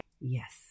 Yes